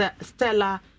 Stella